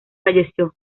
falleció